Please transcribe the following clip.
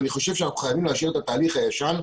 ואני חושב שאנחנו חייבים להשאיר את התהליך הישן,